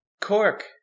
Cork